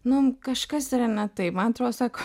nu kažkas yra ne taip man atrodo sako